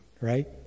right